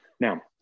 Now